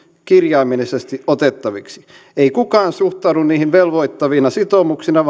kirjaimellisesti otettaviksi ei kukaan suhtaudu niihin velvoittavina sitoumuksina